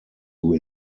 who